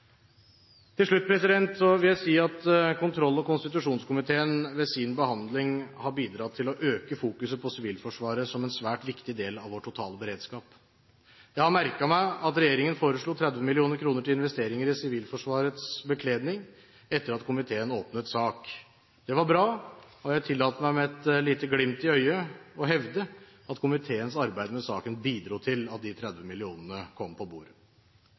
Til slutt vil jeg si at kontroll- og konstitusjonskomiteen ved sin behandling har bidratt til å øke fokuset på Sivilforsvaret som en svært viktig del av vår totale beredskap. Jeg har merket meg at regjeringen foreslo 30 mill. kr til investeringer i Sivilforsvarets bekledning etter at komiteen åpnet sak. Det var bra, og jeg tillater meg med et lite glimt i øyet å hevde at komiteens arbeid med saken bidro til at de 30 mill. kr kom på bordet.